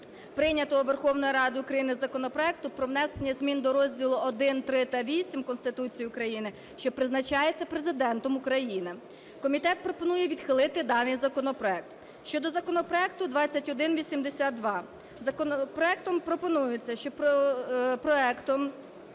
прийнятого Верховною Радою України законопроекту про внесення змін до Розділу І, ІІІ та VІІІ Конституції України, що призначається Президентом України. Комітет пропонує відхилити даний законопроект. Щодо законопроекту 2182. Законопроектом пропонується, що предметом